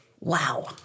Wow